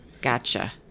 Gotcha